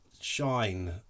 shine